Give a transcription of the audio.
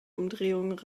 umdrehung